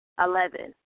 Eleven